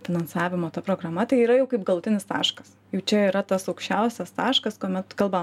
finansavimo ta programa tai yra jau kaip galutinis taškas jau čia yra tas aukščiausias taškas kuomet kalba